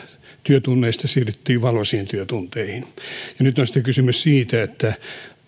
työtunneista siirryttiin valoisiin työtunteihin niin nyt on sitten kysymys siitä